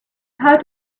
how